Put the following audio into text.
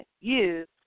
use